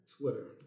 Twitter